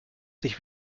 sich